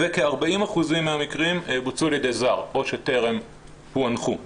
וכ- 40% מהמקרים בוצעו על ידי זר אן שטרם פוענחו,